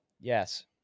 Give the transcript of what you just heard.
Yes